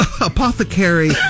Apothecary